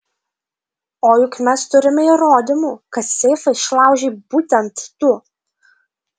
o juk mes turime įrodymų kad seifą išlaužei būtent tu